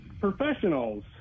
professionals